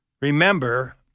Remember